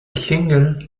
single